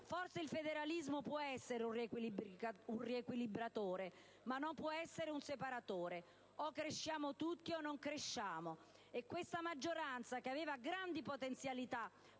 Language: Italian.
Forse il federalismo può essere un riequilibratore, ma non può essere un separatore. O cresciamo tutti o non cresciamo. Questa maggioranza che aveva grandi potenzialità